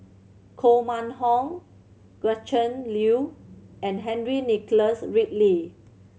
Koh Mun Hong Gretchen Liu and Henry Nicholas Ridley